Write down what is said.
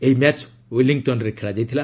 ଏହି ମ୍ୟାଚ୍ ୱିଲିଂଟନ୍ରେ ଖେଳାଯାଇଥିଲା